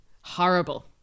horrible